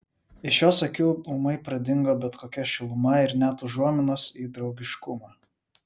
iš jos akių ūmai pradingo bet kokia šiluma ir net užuominos į draugiškumą